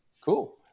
Cool